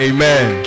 Amen